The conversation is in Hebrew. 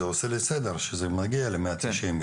זה עושה לי סדר שזה מגיע למאה תשעים,